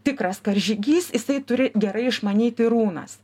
tikras karžygys jisai turi gerai išmanyti runas